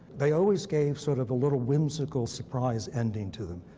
they always gave sort of a little whimsical surprise ending to them.